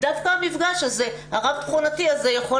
ודווקא המפגש הרב תכונתי הזה יכול